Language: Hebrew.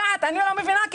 אני לא מבינה את זה.